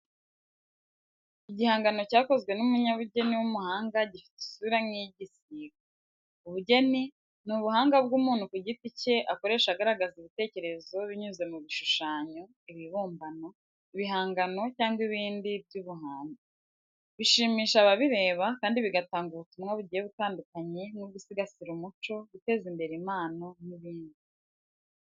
Igihangano cyakozwe n'umunyabugeni w'umuhanga gifite isura nk'iy'igisiga. Ubugeni ni ubuhanga bw'umuntu ku giti cye akoresha agaragaza ibitekerezo binyuze mu bishushanyo, ibibumbano, ibihangano cyangwa ibindi by’ubuhanzi. Bishimisha ababireba kandi bigatanga ubutumwa bugiye butandukanye nko gusigasira umuco, guteza imbere impano n'ibindi.